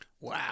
Wow